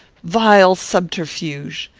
vile subterfuge!